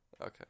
Okay